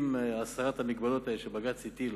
עם הסרת ההגבלות שבג"ץ הטיל